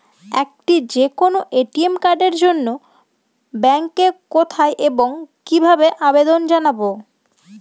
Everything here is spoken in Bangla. একটি যে কোনো এ.টি.এম কার্ডের জন্য ব্যাংকে কোথায় এবং কিভাবে আবেদন জানাব?